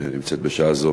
שנמצאת בשעה זו